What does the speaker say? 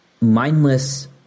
mindless